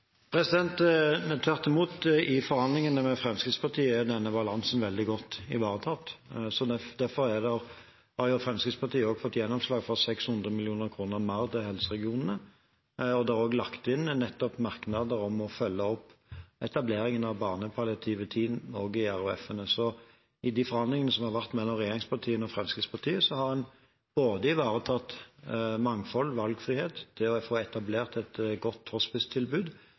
Tvert imot: I forhandlingene med Fremskrittspartiet er denne balansen veldig godt ivaretatt. Derfor har Fremskrittspartiet fått gjennomslag for 600 mill. kr mer til helseregionene, og det er også lagt inn merknader nettopp om å følge opp etableringen av barnepalliative team også i RHF-ene. Så i de forhandlingene som har vært mellom regjeringspartiene og Fremskrittspartiet, har en både ivaretatt mangfoldet, valgfriheten og det å få etablert et godt